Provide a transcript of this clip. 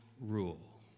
rule